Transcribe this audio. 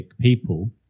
people